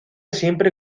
siempre